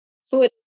Food